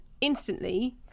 instantly